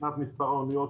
מבחינת מספר האוניות,